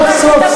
היא הסבירה.